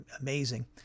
amazing